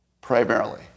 primarily